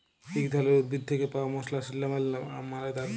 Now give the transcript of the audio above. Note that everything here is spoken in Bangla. ইক ধরলের উদ্ভিদ থ্যাকে পাউয়া মসলা সিল্লামল মালে দারচিলি